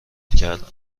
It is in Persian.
کردن